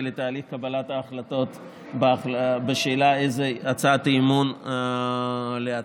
לתהליך קבלת ההחלטות בשאלה איזו הצעת אי-אמון להציג.